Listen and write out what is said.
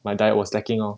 my diet was lacking lor